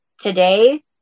today